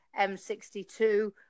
M62